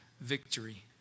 victory